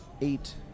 eight